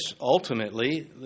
ultimately